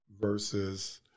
versus –